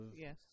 yes